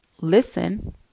listen